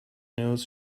news